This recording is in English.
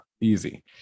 easy